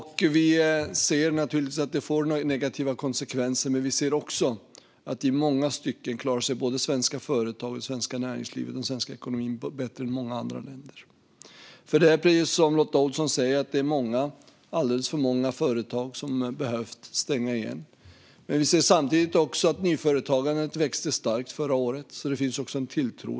Krisen har givetvis fått negativa konsekvenser, men vi ser också att i många stycken har svenska företag, svenskt näringsliv och svensk ekonomi klarat sig bättre än i många andra länder. Precis som Lotta Olsson säger är det alldeles för många företag som har behövt stänga igen. Samtidigt växte nyföretagandet starkt förra året, så det finns också en tilltro.